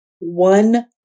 One